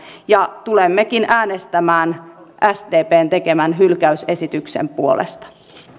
ja tulemmekin äänestämään sdpn tekemän hylkäysesityksen puolesta